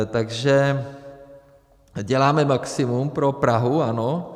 Takže děláme maximum pro Prahu, ano.